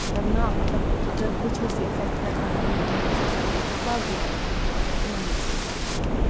مطلب نہَ مطلب اگر بہٕ چھَس یہِ اِفٮ۪کٹہٕ ہٮ۪کان أنِتھ پَنٕنہِ سوسایٹی پٮ۪ٹھ باقٕے تہِ ہٮ۪کَن مطلب اگر تِمَن ہٕنٛدۍ شُرۍ تہِ ہٮ۪کَن کٔرِتھ